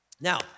Now